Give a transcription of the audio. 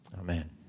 amen